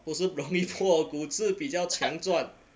不是容易破骨质比较强壮